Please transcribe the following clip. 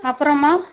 அப்புறம்மா